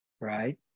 right